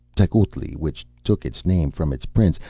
tecuhltli, which took its name from its prince,